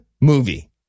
movie